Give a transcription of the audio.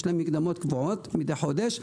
יש להם מקדמות קבועות מדי חודש.